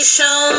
show